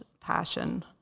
passion